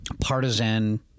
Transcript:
partisan